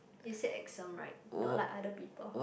right not like other people